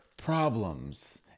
problems